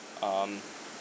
um